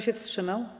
się wstrzymał?